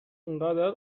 اونقدر